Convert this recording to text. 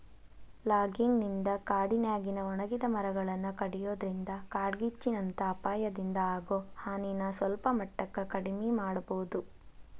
logging ನಿಂದ ಕಾಡಿನ್ಯಾಗಿನ ಒಣಗಿದ ಮರಗಳನ್ನ ಕಡಿಯೋದ್ರಿಂದ ಕಾಡ್ಗಿಚ್ಚಿನಂತ ಅಪಾಯದಿಂದ ಆಗೋ ಹಾನಿನ ಸಲ್ಪಮಟ್ಟಕ್ಕ ಕಡಿಮಿ ಮಾಡಬೋದು